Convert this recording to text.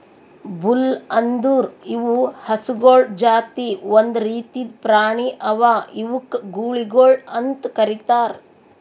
bull ಅಂದುರ್ ಇವು ಹಸುಗೊಳ್ ಜಾತಿ ಒಂದ್ ರೀತಿದ್ ಪ್ರಾಣಿ ಅವಾ ಇವುಕ್ ಗೂಳಿಗೊಳ್ ಅಂತ್ ಕರಿತಾರ್